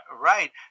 right